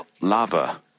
lava